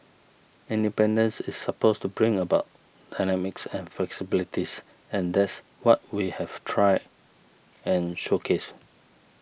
independence is supposed to bring about dynamism and flexibilities and that's what we have try and showcase